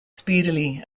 speedily